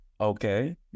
Okay